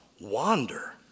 wander